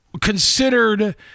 considered